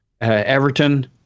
Everton